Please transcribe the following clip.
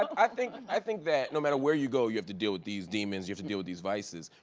um i think i think that no matter where you go, you have to deal with those demons, you have to deal with these vices.